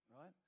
right